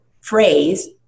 phrase